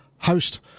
host